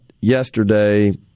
yesterday